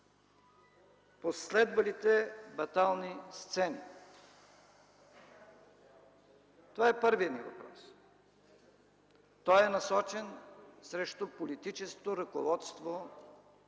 последвалите батални сцени? Това е първият ми въпрос. Той е насочен срещу политическото ръководство